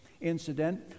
incident